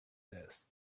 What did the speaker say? this